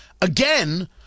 Again